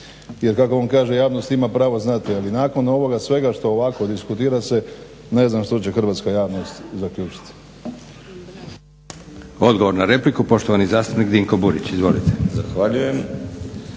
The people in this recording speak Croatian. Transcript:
jer kako on kaže javnost ima pravo znati, ali nakon ovoga svega što ovako diskutira se ne zna što će hrvatska javnost zaključiti. **Leko, Josip (SDP)** Odgovor na repliku, poštovani zastupnik Dinko Burić. Izvolite. **Burić,